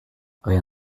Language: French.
rien